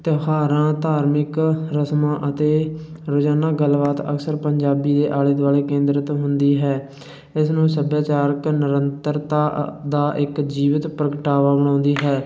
ਤਿਉਹਾਰਾਂ ਧਾਰਮਿਕ ਰਸਮਾਂ ਅਤੇ ਰੋਜ਼ਾਨਾ ਗੱਲਬਾਤ ਅਕਸਰ ਪੰਜਾਬੀ ਆਲੇ ਦੁਆਲੇ ਕੇਂਦਰਿਤ ਹੁੰਦੀ ਹੈ ਇਸ ਨੂੰ ਸੱਭਿਆਚਾਰਕ ਨਿਰੰਤਰਤਾ ਦਾ ਇੱਕ ਜੀਵਿਤ ਪ੍ਰਗਟਾਵਾ ਮੰਨਦੀ ਹੈ